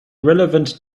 relevant